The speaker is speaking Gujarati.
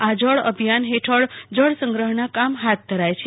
આ જળ અભિયાન હેઠળ જળસંગ્રહના કામ હાથ ધરાય છે